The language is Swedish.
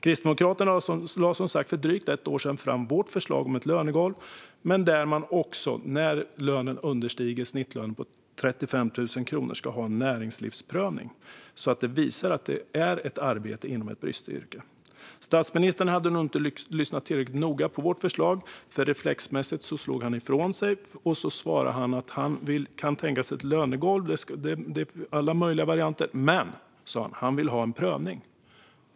Kristdemokraterna lade, som sagt, för drygt ett år sedan fram vårt förslag om ett lönegolv tillsammans med, om lönen understiger snittlönen på 35 000 kronor, en näringsprövning som visar att det rör sig om ett arbete inom ett bristyrke. Statsministern hade nog inte lyssnat tillräckligt noga på vårt förslag, för han slog reflexmässigt ifrån sig och svarade att han kan tänka sig ett lönegolv, alla möjliga varianter, men att han vill ha en prövning.